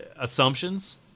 assumptions